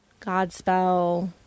Godspell